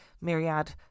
myriad